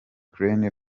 ukraine